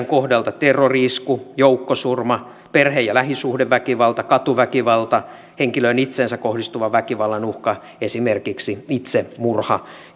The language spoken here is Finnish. kohdalla uhkiin terrori isku joukkosurma perhe ja lähisuhdeväkivalta katuväkivalta sekä henkilöön itseensä kohdistuva väkivalta esimerkiksi itsemurha